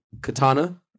katana